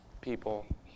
people